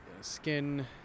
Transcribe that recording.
skin